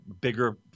bigger –